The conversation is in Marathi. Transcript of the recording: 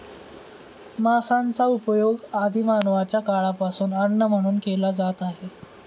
मांसाचा उपयोग आदि मानवाच्या काळापासून अन्न म्हणून केला जात आहे